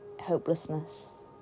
hopelessness